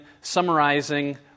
summarizing